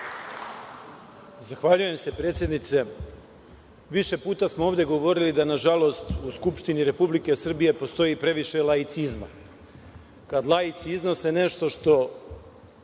Zahvaljujem se predsednice. Više puta smo ovde govorili, da nažalost, u Skupštini Republike Srbije postoji previše laicizma. Kad laici iznose nešto što